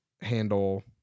handle